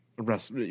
arrest